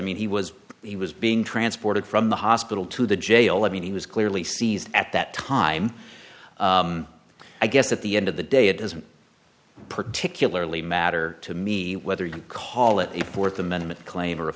mean he was he was being transported from the hospital to the jail i mean he was clearly sees at that time i guess at the end of the day it doesn't particularly matter to me whether you call it a fourth amendment claim or a